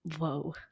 whoa